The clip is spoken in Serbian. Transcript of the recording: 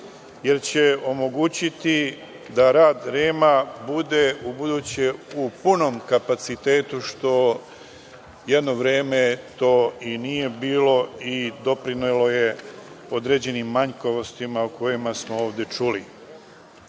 jer će omogućiti da rad REM-a bude u buduće u punom kapacitetu, što jedno vreme to i nije bilo i doprinelo je određenim manjkavostima o kojima smo ovde čuli. Da